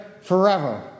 forever